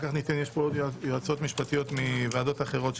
ניתן אפשרות ליועצות משפטיות מוועדות אחרות,